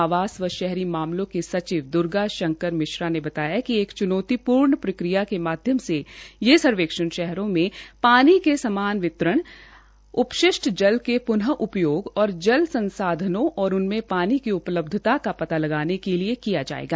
आवास व शहरी मामलों के सचिव दर्गा शंकर मिश्रा ने बताया कि एक च्नौतीपूर्ण प्रक्रिया के माध्यम से यह सर्वेक्षण शहरों में पानी के समान वितरण उपशिष्ट जल के प्न उपयोग और जल संसाधनों और उनमें पानी की उपलब्धता का पता लगाने के लिए किया जायेगा